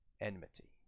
enmity